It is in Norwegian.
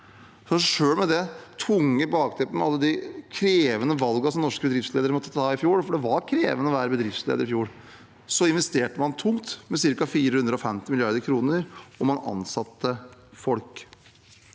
Selv med det tunge bakteppet, med alle de krevende valgene som norske bedriftsledere måtte ta i fjor – for det var krevende å være bedriftsleder i fjor – investerte man tungt med ca. 450 mrd. kr, og man ansatte folk.